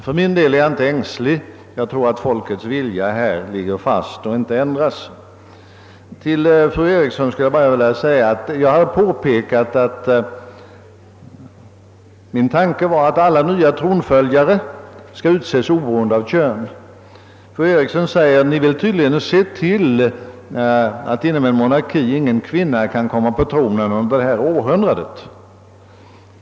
För min del är jag inte ängslig. Jag tror att folkets vilja härvidlag ligger fast och inte kommer att ändras. Till fru Eriksson i Stockholm vill jag säga att jag tidigare klargjort vår inställning att alla nya tronföljare skall utses oberoende av kön. Fru Eriksson säger att vi tydligen vill se till att ingen kvinna kan komma på tronen under det här århundradet.